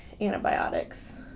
antibiotics